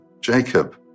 Jacob